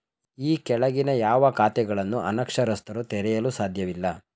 ಈ ಕೆಳಗಿನ ಯಾವ ಖಾತೆಗಳನ್ನು ಅನಕ್ಷರಸ್ಥರು ತೆರೆಯಲು ಸಾಧ್ಯವಿಲ್ಲ?